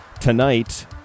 Tonight